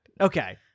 okay